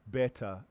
better